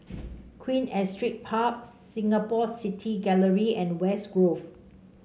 Queen Astrid Park Singapore City Gallery and West Grove